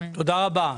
תודה רבה.